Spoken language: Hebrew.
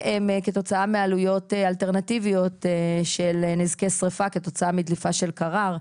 וכתוצאה מעלויות אלטרנטיביות של נזקי שריפה כתוצאה מדליקה של קרר,